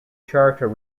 charter